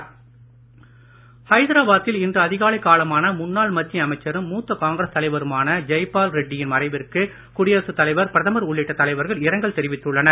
இரங்கல் ஹைதராபாத்தில் இன்று அதிகாலை காலமான முன்னாள் மத்திய அமைச்சரும் மூத்த காங்கிரஸ் தலைவருமான ஜெய்பால் ரெட்டி யின் மறைவிற்கு குடியரசுத் தலைவர் பிரதமர் உள்ளிட்ட தலைவர்கள் ரெங்கல் தெரிவித்துள்ளனர்